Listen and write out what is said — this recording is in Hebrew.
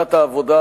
ועדת העבודה,